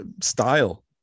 style